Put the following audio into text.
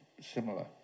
similar